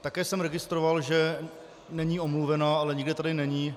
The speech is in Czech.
Také jsem registroval, že není omluvena, ale nikde tady není.